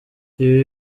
ibi